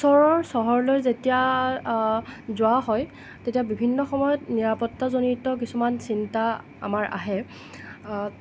ওচৰৰ চহৰলৈ যেতিয়া যোৱা হয় তেতিয়া বিভিন্ন সময়ত নিৰাপত্তাজনিত কিছুমান চিন্তা আমাৰ আহে